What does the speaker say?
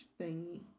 thingy